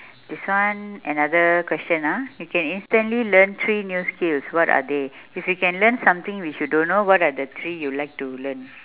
this one another question ah if you can instantly learn three new skills what are they if you can learn something which you don't know what are the three you like to learn